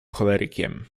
cholerykiem